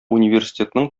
университетның